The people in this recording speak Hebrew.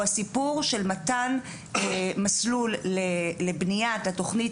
הוא הסיפור של מתן מסלול לבניית התוכנית